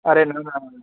अड़े न न